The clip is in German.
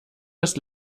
das